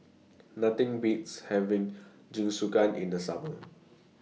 Nothing Beats having Jingisukan in The Summer